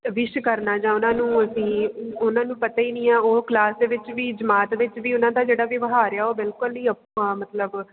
ਵਿਸ਼ ਕਰਨਾ ਜਾ ਉਹਨਾਂ ਨੂੰ ਅਸੀਂ ਉਹਨਾਂ ਨੂੰ ਪਤਾ ਹੀ ਨਹੀਂ ਆ ਉਹ ਕਲਾਸ ਦੇ ਵਿੱਚ ਵੀ ਜਮਾਤ ਵਿੱਚ ਵੀ ਉਹਨਾਂ ਦਾ ਜਿਹੜਾ ਵਿਵਹਾਰ ਆ ਉਹ ਬਿਲਕੁਲ ਹੀ ਆਪਾਂ ਮਤਲਬ